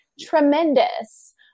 tremendous